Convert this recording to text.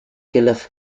guelph